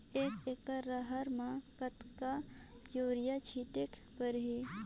एक एकड रहर म कतेक युरिया छीटेक परही?